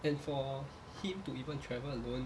and for him to even travel alone